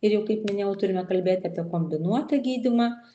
ir jau kaip minėjau turime kalbėti apie kombinuotą gydymą